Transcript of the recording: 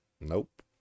Nope